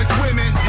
women